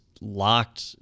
locked